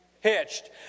hitched